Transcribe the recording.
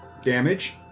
damage